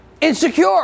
insecure